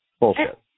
Bullshit